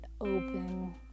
open